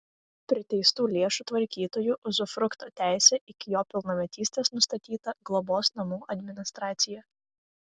priteistų lėšų tvarkytoju uzufrukto teise iki jo pilnametystės nustatyta globos namų administracija